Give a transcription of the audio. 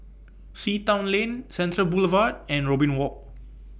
Sea Town Lane Central Boulevard and Robin Walk